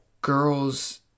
Girls